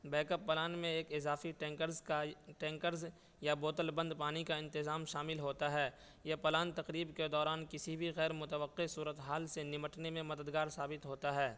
back up plan میں ایک اضافی ٹینکرز کا ٹینکرز یا بوتل بند پانی کا انتظام شامل ہوتا ہے یہ پلان تقریب کے دوران کسی بھی غیرمتوقع صورتحال سے نمٹنے میں مددگار ثابت ہوتا ہے